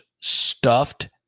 stuffed